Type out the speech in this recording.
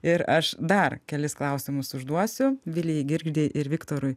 ir aš dar kelis klausimus užduosiu vilijai girgždei ir viktorui